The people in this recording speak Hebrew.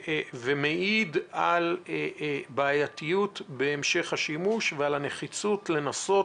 הוא מעיד על הבעייתיות בהמשך השימוש ועל הנחיצות לנסות,